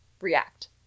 React